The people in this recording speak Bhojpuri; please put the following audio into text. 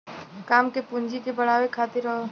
काम के पूँजी के बढ़ावे खातिर हौ